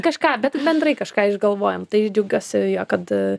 kažką bet bendrai kažką išgalvojom tai aš džiaugiuosijo kad